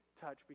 touch